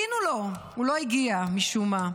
חיכינו לו, הוא לא הגיע משום מה,